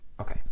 Okay